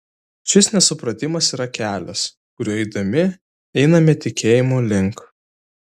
šis nesupratimas yra kelias kuriuo eidami einame tikėjimo link